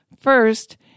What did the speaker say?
First